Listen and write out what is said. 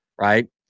right